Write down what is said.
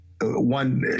one